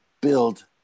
build